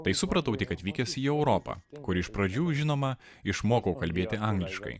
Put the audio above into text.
tai supratau tik atvykęs į europą kur iš pradžių žinoma išmokau kalbėti angliškai